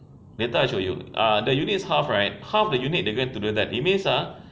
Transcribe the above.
later I show you ah the units half right half the unit they going to do that that means ah